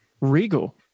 Regal